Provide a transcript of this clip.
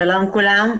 שלום לכולם.